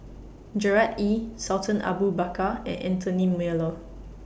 Gerard Ee Sultan Abu Bakar and Anthony Miller